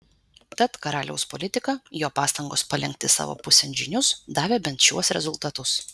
tad karaliaus politika jo pastangos palenkti savo pusėn žynius davė bent šiuos rezultatus